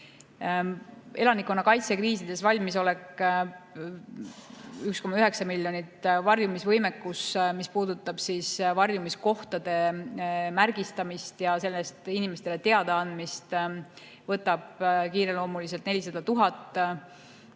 Elanikkonnakaitseks kriisides valmisolek on 1,9 miljonit, varjumisvõimekus, mis puudutab varjumiskohtade märgistamist ja sellest inimestele teadaandmist, võtab kiireloomuliselt 400 000